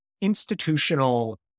institutional